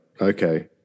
Okay